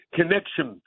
connection